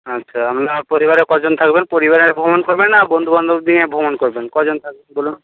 আচ্ছা আপনার পরিবারে কজন থাকবেন পরিবারে ভ্রমণ করবেন না বন্ধুবান্ধব নিয়ে ভ্রমণ করবেন কজন থাকবেন বলুন